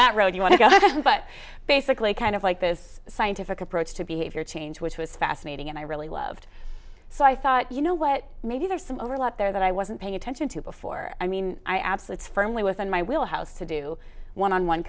that road you want to go but basically kind of like this scientific approach to behavior change which was fascinating and i really loved so i thought you know what maybe there's some overlap there that i wasn't paying attention to before i mean i absolutes firmly within my wheel house to do one on one